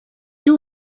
two